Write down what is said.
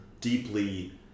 deeply